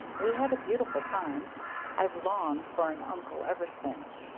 we had a beautiful time i've longed for an uncle ever since.